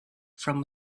from